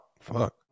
Fuck